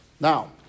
Now